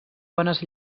bones